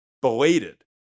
belated